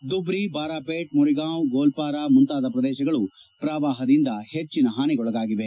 ಧುಬ್ರಿ ಬಾರ್ಪೆಟಾ ಮೊರಿಗಾಂವ್ ಗೋಲ್ವಾರ ಮುಂತಾದ ಪ್ರದೇಶಗಳು ಪ್ರವಾಹದಿಂದ ಹೆಚ್ಚಿನ ಹಾನಿಗೊಳಗಾಗಿವೆ